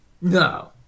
No